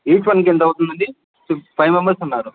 each వన్కి ఎంతవుతుందండీ ఫి ఫైవ్ మెంబెర్స్ ఉన్నారు